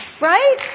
Right